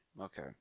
Okay